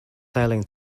sailing